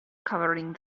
covering